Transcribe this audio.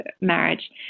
marriage